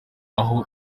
aho